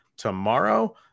Tomorrow